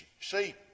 see